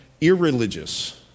irreligious